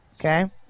Okay